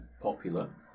popular